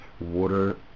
Water